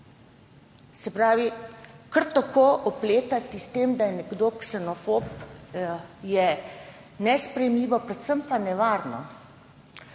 Se pravi, kar tako opletati s tem, da je nekdo ksenofob, je nesprejemljivo, predvsem pa nevarno.